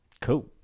cool